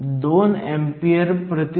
तर पोटेन्शियल समान आहे